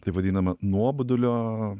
taip vadinama nuobodulio